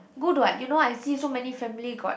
good what you know I see so many family got